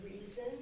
reason